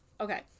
Okay